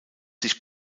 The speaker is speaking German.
sich